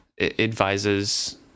advises